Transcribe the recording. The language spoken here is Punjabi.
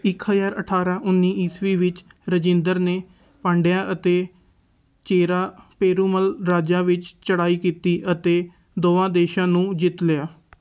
ਇੱਕ ਹਜ਼ਾਰ ਅਠਾਰ੍ਹਾਂ ਉੱਨੀ ਈਸਵੀ ਵਿੱਚ ਰਾਜਿੰਦਰ ਨੇ ਪਾਂਡਿਆ ਅਤੇ ਚੇਰਾ ਪੇਰੂਮਲ ਰਾਜਾਂ ਵਿੱਚ ਚੜ੍ਹਾਈ ਕੀਤੀ ਅਤੇ ਦੋਵਾਂ ਦੇਸ਼ਾਂ ਨੂੰ ਜਿੱਤ ਲਿਆ